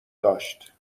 داشت